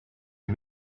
des